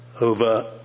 over